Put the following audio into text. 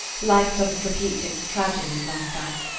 life doesn't repeat its tragedies like that!